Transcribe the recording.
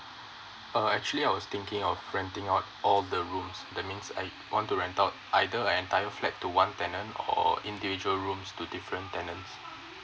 err actually I was thinking of renting out all the rooms that means I want to rent out either an entire flat to one tenant or individual rooms to different tenant